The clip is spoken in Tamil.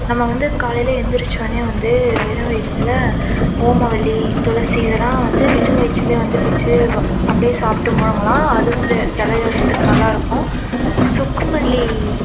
நம்ம வந்து காலையில் எந்துருச்சோனையே வந்து வெறும் வயித்தில் ஓமவல்லி துளசி இதெல்லாம் வந்து வெறும் வயித்துல வந்து பிச்சு அப்படே சாப்பிட்டு முழுங்கலாம் அதுவும் ஜலதோஷத்துக்கு நல்லாயிருக்கும் சுக்குமல்லி